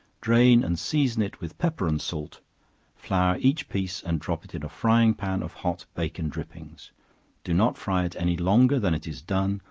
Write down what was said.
drain and season it with pepper and salt flour each piece and drop it in a frying-pan of hot bacon drippings do not fry it any longer than it is done,